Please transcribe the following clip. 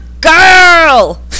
girl